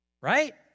Right